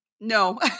No